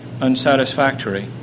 unsatisfactory